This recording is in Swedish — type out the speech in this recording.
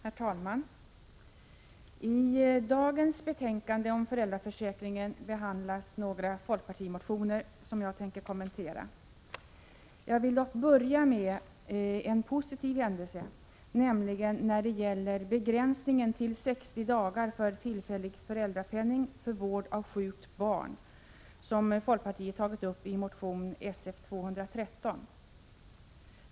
Herr talman! I dagens betänkande om föräldraförsäkringen behandlas 13 maj 1987 några folkpartimotioner, som jag tänker kommentera. Jag vill dock börja med en positiv händelse, nämligen den förändring när det gäller begränsningen till 60 dagar för tillfällig föräldrapenning för vård av sjukt barn som folkpartiet tagit upp i motion Sf213.